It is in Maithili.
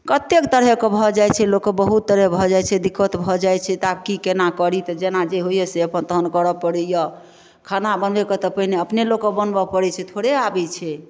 कतेक तरहके भऽ जाइत छै लोक कऽ बहुत तरह भऽ जाइत छै दिक्कत भऽ जाइत छै त ऽआब की केना करी तऽ जेना जे होइया से अपन तहन करऔ पड़ैया खाना बनबै कऽ तऽ पहिने अपने लोक कऽ बनबै पड़ैत छै थोड़े आबैत छै